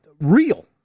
real